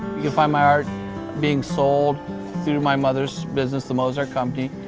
find my art being sold through my mother's business, the mos art company,